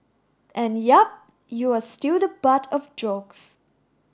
and yep you are still the butt of jokes